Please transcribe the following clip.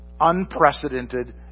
Unprecedented